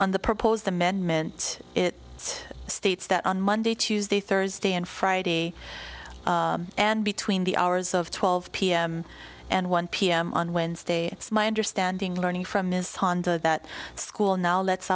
on the proposed amendment it states that on monday tuesday thursday and friday and between the hours of twelve p m and one p m on wednesday it's my understanding learning from miss honda that school now